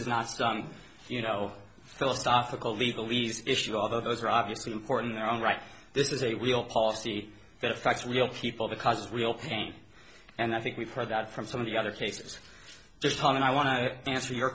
is not some you know philosophical legal easy issue although those are obviously important in our own right this is a real policy that affects real people because it's real pain and i think we've heard that from some of the other cases just tom and i want to answer your